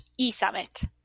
eSummit